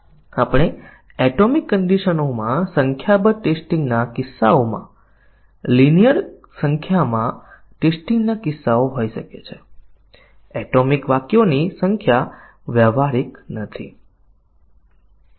આપણે એક રીત જોવી પડશે આપણે બતાવવું પડશે કે શાખા કવરેજ નિવેદન કવરેજ પ્રાપ્ત કરે છે અને આપણે એ બતાવવાનું પણ છે કે નિવેદન કવરેજ શાખા કવરેજ પ્રાપ્ત કરતું નથી ઓછામાં ઓછી અમુક શાખાઓ નિવેદનો દ્વારા આવરી લેવામાં આવતી નથી